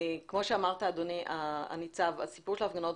כמו שאמרת, אדוני הניצב, הסיפור של ההפגנות,